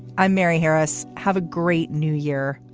i'm mary harris. have a great new year.